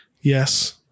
yes